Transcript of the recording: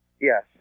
Yes